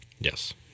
Yes